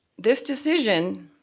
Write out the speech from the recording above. this decision.